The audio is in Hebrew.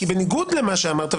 כי בניגוד למה שאמרת,